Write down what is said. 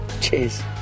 cheers